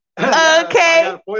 Okay